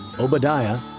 Obadiah